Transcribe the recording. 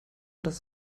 das